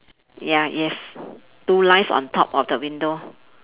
ya yes two lines on top of the window